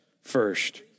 first